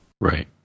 Right